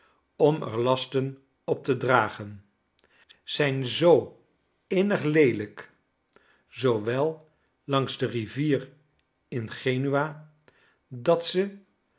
om er lasten op te dragen zijn zoo innig leelijk zoowel langs de rivier in genua dat ze